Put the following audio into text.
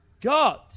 God